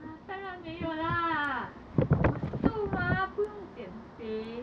ah 当然没有 lah 我瘦 mah 不用减肥